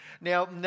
Now